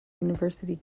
university